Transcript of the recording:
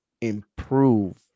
improve